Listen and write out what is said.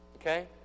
Okay